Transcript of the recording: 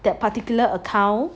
that particular account